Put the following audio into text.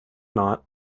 not